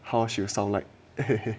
how she will sound like